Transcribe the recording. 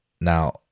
Now